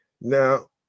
Now